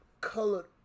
colored